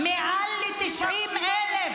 שיש מעל ל-90,000,